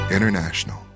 International